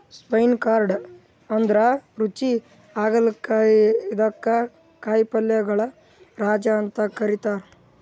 spiny gourd ಅಂದ್ರ ರುಚಿ ಹಾಗಲಕಾಯಿ ಇದಕ್ಕ್ ಕಾಯಿಪಲ್ಯಗೊಳ್ ರಾಜ ಅಂತ್ ಕರಿತಾರ್